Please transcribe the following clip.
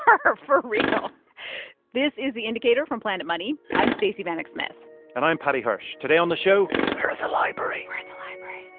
um for real this is the indicator from planet money. i'm stacey vanek smith and i'm paddy hirsch. today on the show, we're at the library. we're at the library.